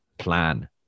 plan